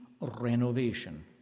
renovation